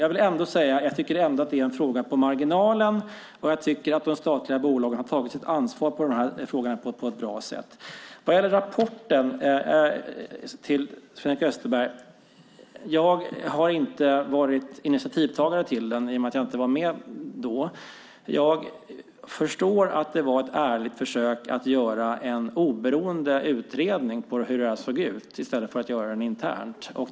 Jag tycker ändå att detta är en fråga i marginalen, och jag tycker att de statliga bolagen på ett bra sätt har tagit sitt ansvar i de här frågorna. Vad gäller rapporten, Sven-Erik Österberg, vill jag säga att jag inte varit initiativtagare till den i och med att jag inte var med då. Jag förstår att det var ett ärligt försök att göra en oberoende utredning av hur det såg ut i stället för att göra utredningen internt.